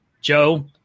joe